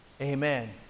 Amen